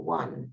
one